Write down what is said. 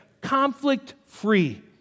conflict-free